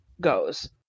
goes